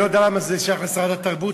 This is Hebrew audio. אני לא יודע למה זה שייך למשרד התרבות,